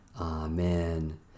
Amen